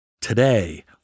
Today